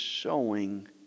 sowing